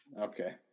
Okay